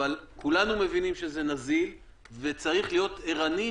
אבל כולנו מבינים שזה נזיל ושצריכים להיות ערניים